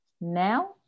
Now